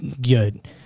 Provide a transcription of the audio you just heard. Good